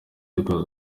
lucas